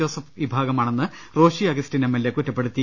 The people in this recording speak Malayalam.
ജോസഫ് വിഭാഗമാണെന്ന് റോഷി അഗസ്റ്റിൻ എംഎൽഎ കുറ്റപ്പെടുത്തി